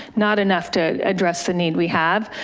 not enough to address the need we have.